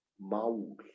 Maul